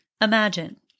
imagine